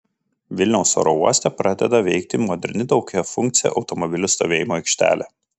vilniaus oro uoste pradeda veikti moderni daugiafunkcė automobilių stovėjimo aikštelė